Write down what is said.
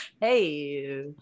Hey